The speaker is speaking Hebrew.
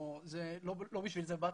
לא בשביל זה באתי.